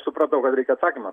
supratau kad reikia atsakymo